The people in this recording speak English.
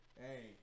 hey